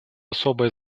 особое